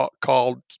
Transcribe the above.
called